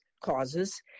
causes